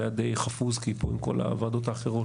זה היה די חפוז עם כל הוועדות האחרות.